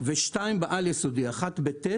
ושתיים בעל-יסודי אחת בכיתות ט'